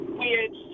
weird